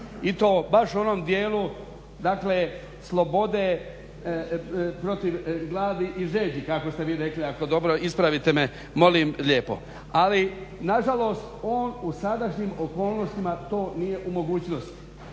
i to baš u onom dijelu, dakle slobode protiv gladi i žeđi kako ste vi rekli ako dobro ispravite me molim lijepo. Ali na žalost on u sadašnjim okolnostima to nije u mogućnosti.